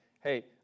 hey